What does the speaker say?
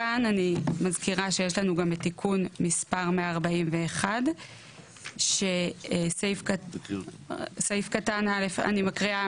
כאן אני מזכירה שיש לנו גם את תיקון מספר 141. אני מקריאה